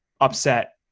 upset